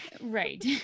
Right